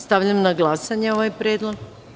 Stavljam na glasanje ovaj predlog.